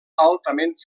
altament